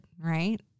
Right